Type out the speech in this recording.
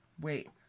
wait